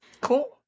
Cool